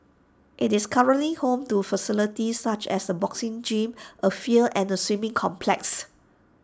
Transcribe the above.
IT is currently home to facilities such as A boxing gym A field and A swimming complex